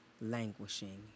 languishing